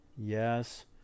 Yes